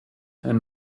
and